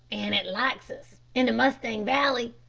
an it likes us, in the mustang valley